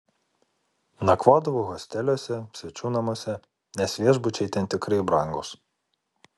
nakvodavau hosteliuose svečių namuose nes viešbučiai ten tikrai brangūs